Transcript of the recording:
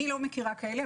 אני לא מכירה כאלה,